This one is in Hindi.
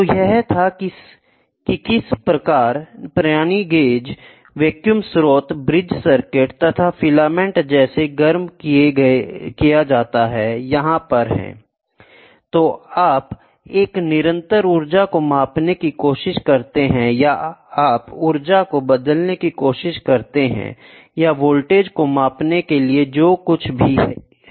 तो यह था कि किस प्रकार पिरानी गेज वैक्यूम स्रोतब्रिज सर्किट तथा फिलामेंट जिसे गर्म किया जाता है यहां पर हैं I तो आप एक निरंतर ऊर्जा को मापने की कोशिश करते हैं या आप ऊर्जा को बदलने की कोशिश करते हैं या वोल्टेज को मापने के लिए जो कुछ भी ठीक है